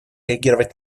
реагировать